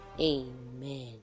Amen